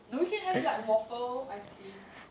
no you can have like waffle ice cream